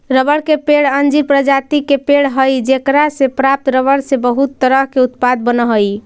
रबड़ के पेड़ अंजीर प्रजाति के पेड़ हइ जेकरा से प्राप्त रबर से बहुत तरह के उत्पाद बनऽ हइ